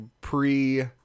pre